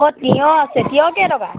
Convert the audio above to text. অঁ তিয়ঁহ আছে তিয়ঁহ কেইটকা